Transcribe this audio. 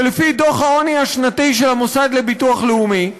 שלפי דוח העוני השנתי של המוסד לביטוח לאומי,